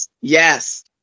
yes